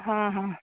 हां हां